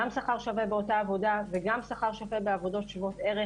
גם שכר שווה באותה עבודה וגם שכר שווה בעבודות שוות-ערך,